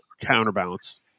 counterbalance